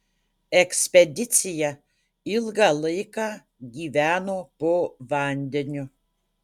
ekspedicija ilgą laiką gyveno po vandeniu